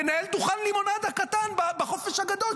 תנהל דוכן לימונדה קטן בחופש הגדול,